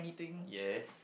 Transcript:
yes